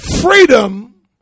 Freedom